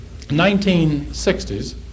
1960s